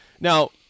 Now